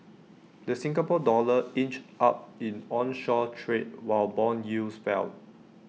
the Singapore dollar inched up in onshore trade while Bond yields fell